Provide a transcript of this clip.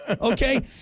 Okay